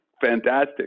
Fantastic